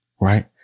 right